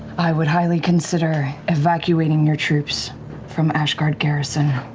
i would highly consider evacuating your troops from ashguard garrison